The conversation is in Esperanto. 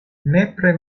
nepre